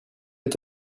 est